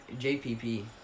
JPP